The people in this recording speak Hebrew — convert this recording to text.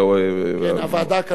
כן, הוועדה הכלכלית של האו"ם.